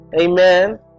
Amen